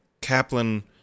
Kaplan